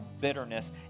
bitterness